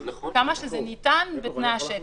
כמה שזה ניתן בתנאי השטח.